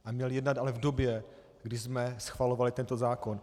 A měl jednat ale v době, kdy jsme schvalovali tento zákon.